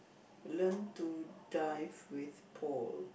learn to dive with Paul